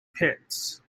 pits